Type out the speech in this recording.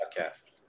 podcast